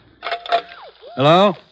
Hello